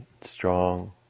strong